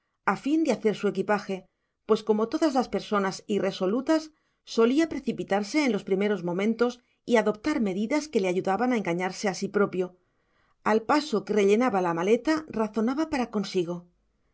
a fin de hacer su equipaje pues como todas las personas irresolutas solía precipitarse en los primeros momentos y adoptar medidas que le ayudaban a engañarse a sí propio al paso que rellenaba la maleta razonaba para consigo